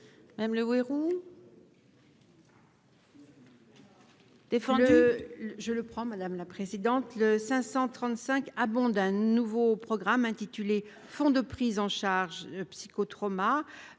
même Le Houerou. Défendu, je le prends, madame la présidente, le 535 abonde un nouveau programme intitulé font de prise en charge psycho-trauma